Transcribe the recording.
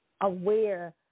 aware